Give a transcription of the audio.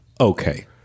okay